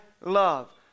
love